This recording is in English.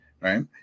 right